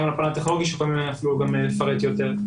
על הפן הטכנולוגי שיוכלו גם לפרט יותר.